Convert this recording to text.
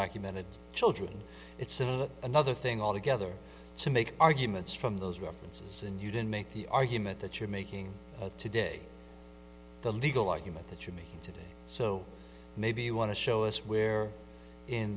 undocumented children it's another thing altogether to make arguments from those references and you didn't make the argument that you're making today the legal argument that you're making today so maybe you want to show us where in